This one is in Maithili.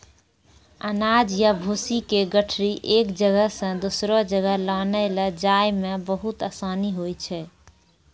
अनाज या भूसी के गठरी एक जगह सॅ दोसरो जगह लानै लै जाय मॅ बहुत आसानी होय छै